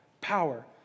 power